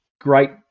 Great